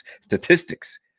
statistics